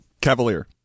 Cavalier